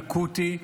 אקוטי,